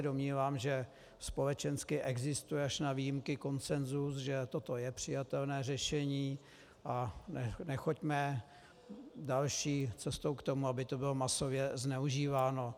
Domnívám se, že společensky existuje až na výjimky konsenzus, že toto je přijatelné řešení, a nechoďme další cestou k tomu, aby to bylo masově zneužíváno.